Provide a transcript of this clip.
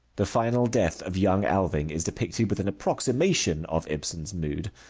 the final death of young alving is depicted with an approximation of ibsen's mood.